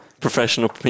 Professional